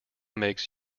makes